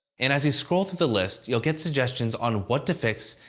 and as you scroll through the list, you'll get suggestions on what to fix,